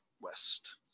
west